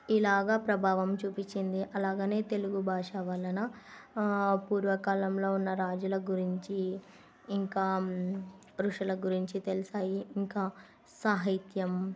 ఇలాగా ప్రభావం చూపించింది అలాగనే తెలుగు భాష వలన పూర్వకాలంలో ఉన్న రాజుల గురించి ఇంకా ఋషుల గురించి తెలిశాయి ఇంకా సాహిత్యం